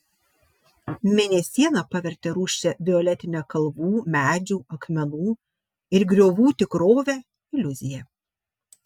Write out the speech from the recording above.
mėnesiena pavertė rūsčią violetinę kalvų medžių akmenų ir griovų tikrovę iliuzija